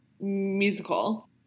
musical